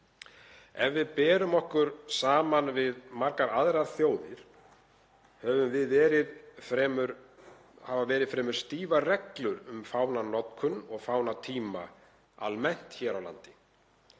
Ef við berum okkur saman við margar aðrar þjóðir hafa verið fremur stífar reglur um fánanotkun og fánatíma almennt hér á landi.